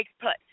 place